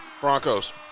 Broncos